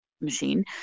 machine